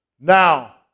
Now